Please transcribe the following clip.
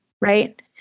right